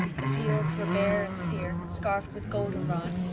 the fields were bare and sere, scarfed with golden rod,